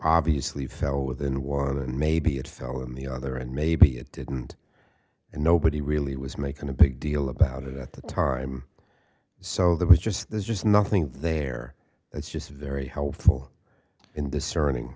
obviously fell within one and maybe it fell in the other and maybe it didn't and nobody really was making a big deal about it at the time so there was just there's just nothing there it's just very helpful in the cern ng